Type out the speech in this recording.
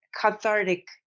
cathartic